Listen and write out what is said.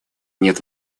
нет